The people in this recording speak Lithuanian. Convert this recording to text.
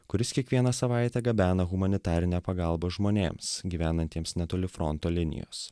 kuris kiekvieną savaitę gabena humanitarinę pagalbą žmonėms gyvenantiems netoli fronto linijos